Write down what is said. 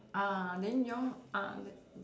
uh then your uh then